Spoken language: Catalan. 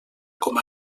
com